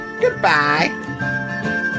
goodbye